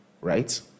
right